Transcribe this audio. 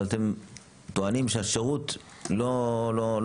אבל אתם טוענים שהשירות לא טוב.